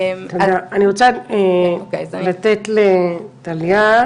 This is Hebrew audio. אני רוצה לתת לטליה.